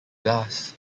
glass